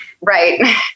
Right